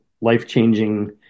life-changing